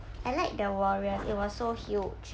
I like the walrus it was so huge